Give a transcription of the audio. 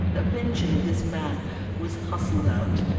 eventually this man was hustled out,